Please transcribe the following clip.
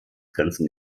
ganzen